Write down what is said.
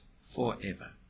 forever